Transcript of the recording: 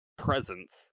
presence